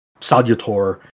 salutor